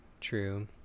True